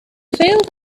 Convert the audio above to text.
failed